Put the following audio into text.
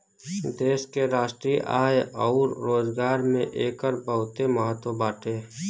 देश के राष्ट्रीय आय अउर रोजगार में एकर बहुते महत्व बाटे